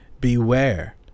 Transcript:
Beware